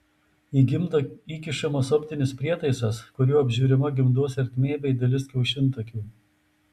į gimdą įkišamas optinis prietaisas kuriuo apžiūrima gimdos ertmė bei dalis kiaušintakių